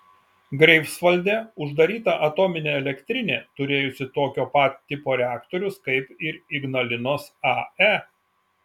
greifsvalde uždaryta atominė elektrinė turėjusi tokio pat tipo reaktorius kaip ir ignalinos ae